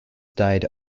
died